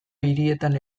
hirietan